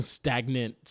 stagnant